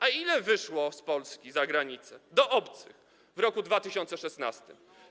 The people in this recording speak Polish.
A ile wyszło z Polski za granicę, do obcych w roku 2016?